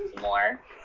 more